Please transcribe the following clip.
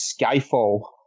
Skyfall